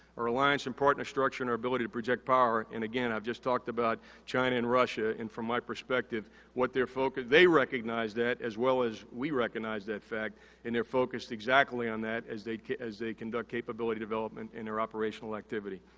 our alliance and partner structure and our ability to project power, and again, i've just talked about china and russia, and from my perspective what they're focused. they recognize that as well as we recognize that fact and they're focused exactly on that as they as they conduct capability development in their operational activity.